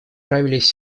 нравились